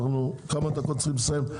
אנחנו בעוד כמה דקות צריכים לסיים.